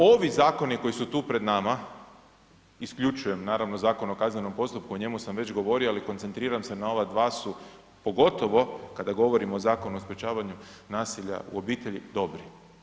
Ovi zakoni koji su tu pred nama, isključujem naravno Zakon o kaznenom postupku o njemu sam već govorio, ali koncentriram se na ova dva su, pogotovo kada govorim o Zakonu o sprječavanju nasilja u obitelji, dobri.